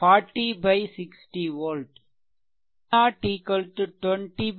எனவே v0 4 i1 40 60 volt